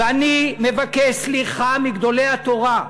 ואני מבקש סליחה מגדולי התורה.